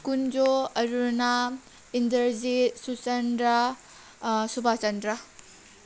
ꯀꯨꯟꯖꯣ ꯑꯔꯨꯅꯥ ꯏꯟꯗ꯭ꯔꯖꯤꯠ ꯁꯨꯔꯆꯟꯗ꯭ꯔ ꯁꯨꯕꯥꯆꯟꯗ꯭ꯔ